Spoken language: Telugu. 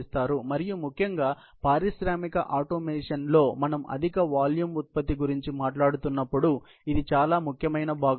మరియు ముఖ్యంగా పారిశ్రామిక ఆటోమేషన్లో మనం అధిక వాల్యూమ్ ఉత్పత్తి గురించి మాట్లాడుతున్నప్పుడు ఇది చాలా ముఖ్యమైన భాగం